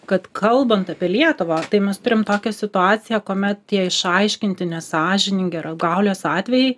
kad kalbant apie lietuvą tai mes turim tokią situaciją kuomet tie išaiškinti nesąžiningi ar apgaulės atvejai